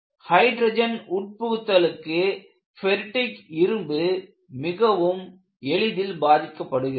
hydrogen உட்புகுத்தலுக்கு ferritic இரும்பு மிகவும் எளிதில் பாதிக்கப்படுகின்றது